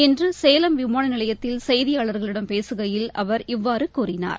இன்று சேலம் விமான நிலையத்தில் செய்தியாளர்களிடம் பேசுகையில் அவர் இவ்வாறு கூறினார்